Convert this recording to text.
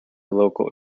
local